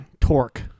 Torque